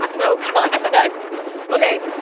no context. ok.